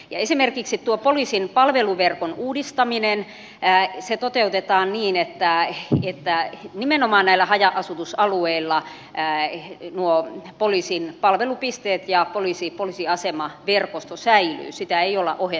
esimerkiksi tuo poliisin palveluverkon uudistaminen toteutetaan niin että nimenomaan näillä haja asutusalueilla poliisin palvelupisteet ja poliisi poliisiasemaa viro säilyy sitä poliisiasemaverkosto säilyvät